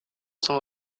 sont